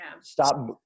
stop